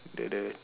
the the